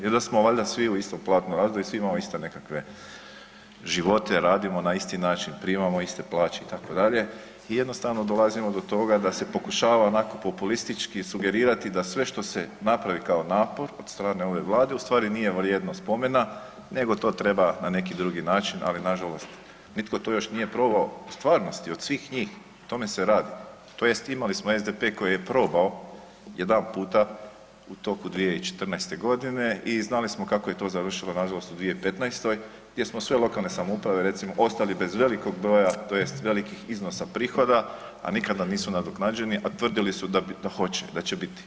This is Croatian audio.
Jer da smo valjda svi u istom platnom razredu i svi imamo isto nekakve živote, radimo na isti način. primamo iste plaće itd., jednostavno dolazimo do toga da se pokušava onako populistički sugerirati da sve što se napravi kao napor od strane ove Vlade, ustvari nije vrijedno spomena nego to treba na neki drugi način ali nažalost nitko to još nije probao u stvarnosti od svih njih, o tome se radi, tj. imali smo SDP koji je probao jedanputa u toku 2014. g. i znali smo kako je to završilo nažalost u 2015. gdje smo sve lokalne samouprave recimo, ostali bez velikog broja, tj. velikih iznosa prihoda a nikad nam nisu nadoknađeni a tvrdili su da hoće, da će biti.